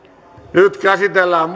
nyt käsitellään